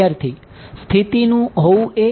વિદ્યાર્થી સ્થિતિનું હોવું એ